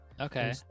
Okay